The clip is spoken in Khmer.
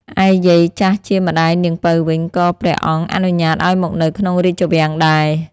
ឯយាយ ចាស់ជាម្ដាយនាងពៅវិញ ក៏ព្រះអង្គអនុញ្ញាតឱ្យមកនៅក្នុងរាជវាំងដែរ។